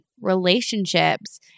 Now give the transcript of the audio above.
relationships